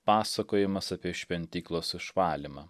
pasakojimas apie šventyklos išvalymą